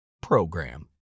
program